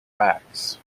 backs